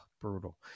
brutal